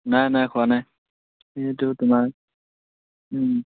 নাই নাই খোৱা নাই সেইটো তোমাৰ